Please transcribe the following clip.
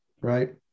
Right